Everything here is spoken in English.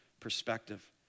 Perspective